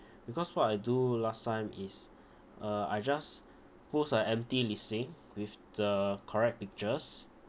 because what I do last time is uh I just post a empty listing with the correct pictures